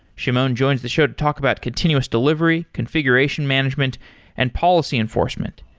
shimon joins the show to talk about continuous delivery, configuration management and policy enforcement.